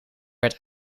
werd